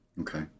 Okay